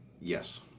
Yes